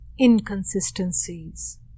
inconsistencies